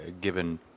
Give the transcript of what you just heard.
given